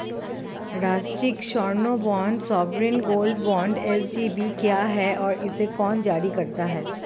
राष्ट्रिक स्वर्ण bond sovereign gold bond SGB क्या है और इसे कौन जारी करता है?